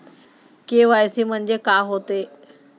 KYC म्हंनजे का होते?